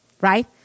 Right